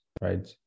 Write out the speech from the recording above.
right